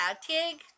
Tig